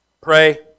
pray